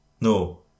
No